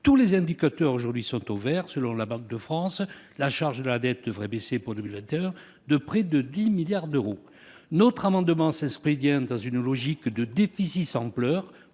Tous les indicateurs sont aujourd'hui au vert. Selon la Banque de France, la charge de la dette devrait baisser, en 2021, de près de 10 milliards d'euros. Notre amendement s'inscrit bien dans une logique de « déficit sans pleurs